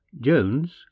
Jones